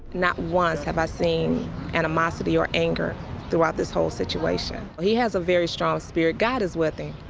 not once have i seen animosity or anger throughout this whole situation. he has a very strong spirit. god is with him,